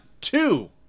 two